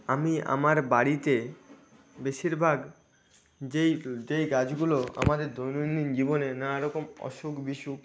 আমি আমার বাড়িতে বেশিরভাগ যেই যেই গাছগুলো আমাদের দৈনন্দিন জীবনে নানা রকম অসুখ বিসুখ